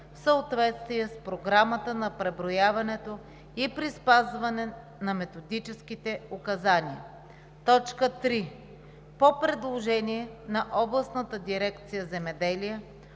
в съответствие с програмата на преброяването и при спазване на методическите указания; 3. по предложение на областната дирекция „Земеделие“